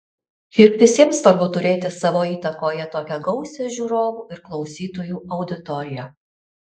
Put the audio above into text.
juk visiems svarbu turėti savo įtakoje tokią gausią žiūrovų ir klausytojų auditoriją